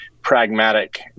pragmatic